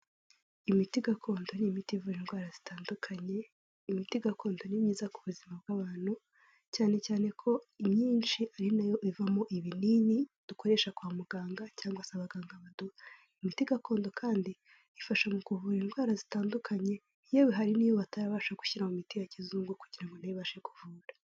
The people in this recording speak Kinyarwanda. Imiti gakondo ni imiti ivura indwara zitandukanye, imiti gakondo ni myiza kubuzima bw'abantu, cyane cyane ko imyinshi ariyo ivamo ibinini kwamuganga baduha. imiti gakondo kandi, ifasha mukuvura indwara zitandukanye, yewe hari n'iyo batarabasha gushyira mu miti ya kizungu kugirango ibashe kuvura.